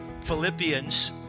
Philippians